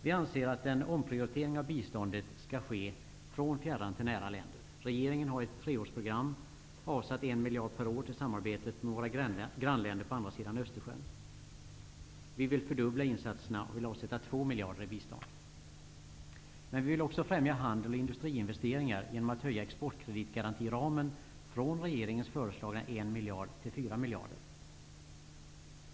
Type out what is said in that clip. Vi anser att en omprioritering av biståndet skall ske från fjärran till nära länder. Regeringen har i ett treårsprogram avsatt 1 miljard per år till samarbetet med våra grannländer på andra sidan Östersjön. Vi vill fördubbla insatserna och vill avsätta 2 miljarder i bistånd. Men vi vill också främja handel och industriinvesteringar genom att höja exportkreditgarantiramen från regeringens föreslagna 1 miljard kronor till 4 miljarder kronor.